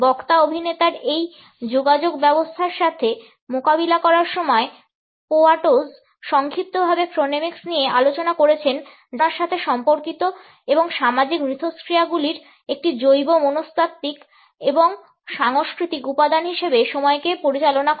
বক্তা অভিনেতার একটি যোগাযোগ ব্যবস্থার সাথে মোকাবিলা করার সময় পোয়াটোস সংক্ষিপ্তভাবে ক্রোনেমিক্স নিয়ে আলোচনা করেছেন যা ধারণার সাথে সম্পর্কিত এবং সামাজিক মিথস্ক্রিয়াগুলির একটি জৈব মনস্তাত্ত্বিক এবং সাংস্কৃতিক উপাদান হিসাবে সময়কে পরিচালনা করে